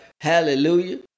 hallelujah